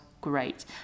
great